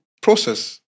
process